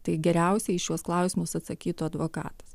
tai geriausiai į šiuos klausimus atsakytų advokatas